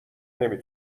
نمی